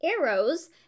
arrows